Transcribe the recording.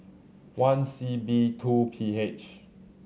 one C B two P H